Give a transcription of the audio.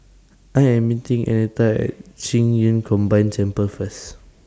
I Am meeting Annetta At Qing Yun Combined Temple First